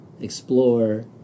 explore